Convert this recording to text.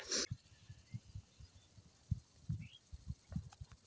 digital finance सेवा एक तरह कार फाइनेंस सेवा छे इलेक्ट्रॉनिक माध्यमत उपलब्ध रह छे